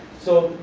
so,